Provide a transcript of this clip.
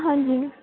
ਹਾਂਜੀ